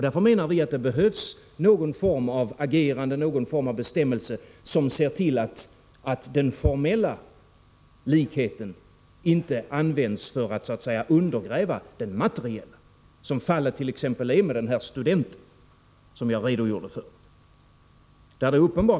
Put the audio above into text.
Därför menar vi att det behövs någon form av agerande, någon form av bestämmelse, som medför att den formella likheten inte används för att så att säga undergräva den materiella. Så skedde t.ex. i fallet med studenten som jag har redogjort för.